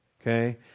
Okay